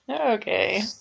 Okay